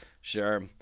Sure